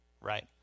right